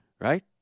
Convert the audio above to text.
Right